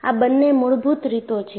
આ બંને મૂળભૂત રીતો છે